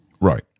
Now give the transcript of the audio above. Right